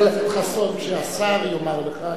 אבל, חבר הכנסת חסון, כשהשר יאמר לך,